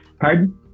pardon